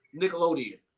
Nickelodeon